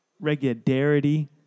regularity